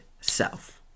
self